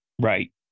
Right